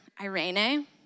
irene